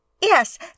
Yes